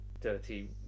dirty